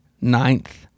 ninth